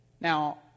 Now